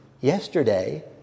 yesterday